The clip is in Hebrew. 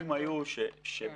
הנתונים היו שבשנת